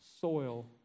soil